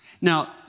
Now